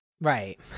right